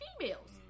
females